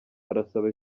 barasaba